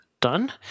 done